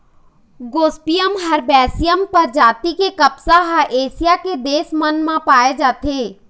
Gossypium herbaceum परजाति के कपसा ह एशिया के देश मन म पाए जाथे